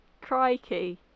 Crikey